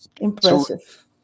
impressive